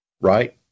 right